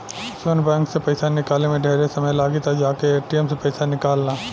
सुन बैंक से पइसा निकाले में ढेरे समय लागी त जाके ए.टी.एम से पइसा निकल ला